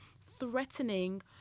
threatening